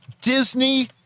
Disney